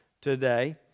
today